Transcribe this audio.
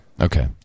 Okay